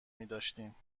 میداشتیم